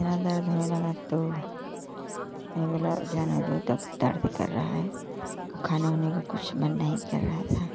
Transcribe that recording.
इतना दर्द होने लगा तो मैं बोला जाने दो तक दर्द कर रहा है खाने वाने का कुछ मन नहीं कर रहा था